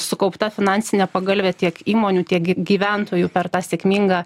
sukaupta finansinė pagalvė tiek įmonių tiek gyventojų per tą sėkmingą